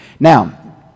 Now